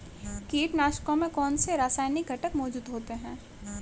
कीटनाशकों में कौनसे रासायनिक घटक मौजूद होते हैं?